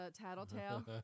tattletale